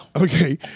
Okay